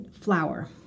flour